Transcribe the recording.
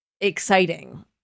exciting